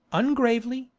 ungravely,